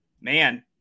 Man